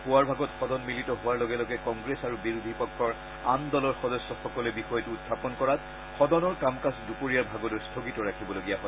পুৱাৰ ভাগত সদন মিলিত হোৱাৰ লগে লগে কংগ্ৰেছ আৰু বিৰোধী পক্ষৰ আন দলৰ সদস্যসকলে বিষয়টো উখাপন কৰাত সদনৰ কাম কাজ দুপৰীয়াৰ ভাগলৈ স্থগিত ৰাখিবলগীয়া হয়